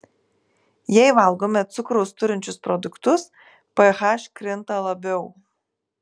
jei valgome cukraus turinčius produktus ph krinta labiau